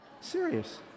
Serious